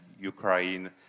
Ukraine